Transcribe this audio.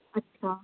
اچھا